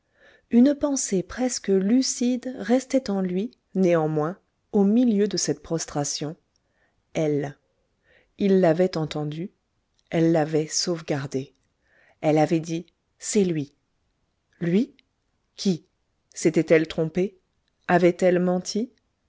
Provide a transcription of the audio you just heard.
une pensée presque lucide restait en lui néanmoins au milieu de cette prostration elle il l'avait entendue elle l'avait sauvegardé elle avait dit c'est lui lui qui s'était-elle trompée avait-elle menti